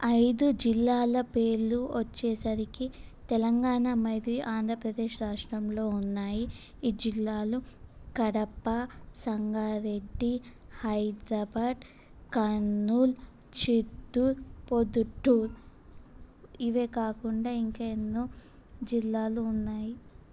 ఐదు జిల్లాల పేర్లు వచ్చేసరికి తెలంగాణ మాది ఆంధ్రప్రదేశ్ రాష్ట్రంలో ఉన్నాయి ఈ జిల్లాలు కడప సంగారెడ్డి హైదరాబాద్ కర్నూలు చిత్తూరు పొద్దుటూర్ ఇవే కాకుండా ఇంకా ఎన్నో జిల్లాలు ఉన్నాయి